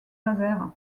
nazaire